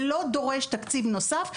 זה לא דורש תקציב נוסף,